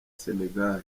sénégal